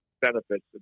benefits